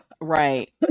Right